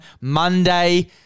Monday